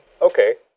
okay